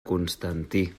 constantí